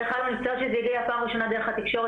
דרך אגב אני מצטערת שזה הגיע פעם ראשונה דרך התקשורת